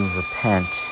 repent